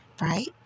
right